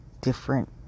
different